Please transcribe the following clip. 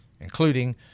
including